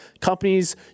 companies